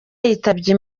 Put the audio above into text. yitabye